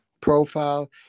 profile